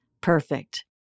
perfect